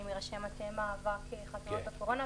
אני מראשי מטה מאבק חתונות הקורונה,